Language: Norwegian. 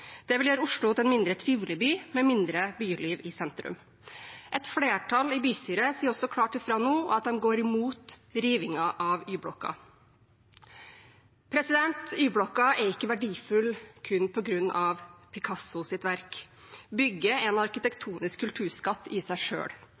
Det vil gjøre Oslo til en mindre trivelig by med mindre byliv i sentrum. Et flertall i bystyret sier også klart ifra nå at de går imot rivingen av Y-blokka. Y-blokka er ikke verdifull kun på grunn av Picassos verk. Bygget er en